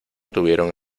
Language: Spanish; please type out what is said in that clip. tuvieron